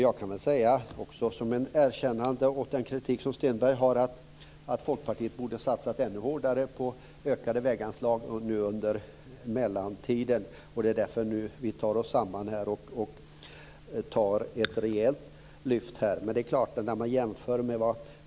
Jag kan som ett erkännande av Hans Stenbergs kritik säga att Folkpartiet borde ha satsat ännu hårdare på ökade väganslag under mellantiden. Vi tar oss därför nu samman och gör ett rejält lyft.